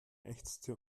ächzte